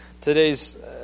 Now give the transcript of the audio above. today's